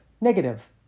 negative